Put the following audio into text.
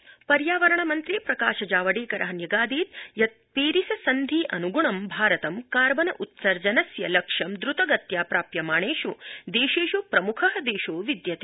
जावडेकर पर्यावरणमन्त्री प्रकाशजावडेकर न्यगादीद् यत् पेरिस सन्धि अनुगुणं भारतं कार्बन उत्सर्जनस्य लक्ष्यं द्र्तगत्या प्राप्यमाणेष् देशेष् प्रम्ख देशो विद्यते